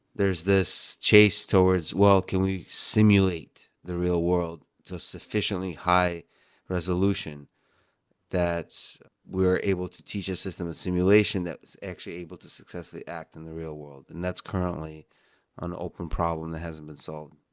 there's this chase towards, well, can we simulate the real world to sufficiently high resolution that we're able to teach a system a simulation that's actually able to successfully act in the real world? and that's currently an open problem that hasn't been solved.